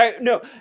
No